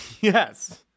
Yes